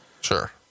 Sure